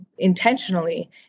intentionally